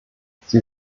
sie